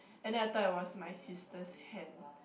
and then I thought it was my sister's hand